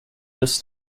this